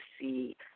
see